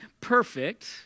perfect